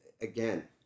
again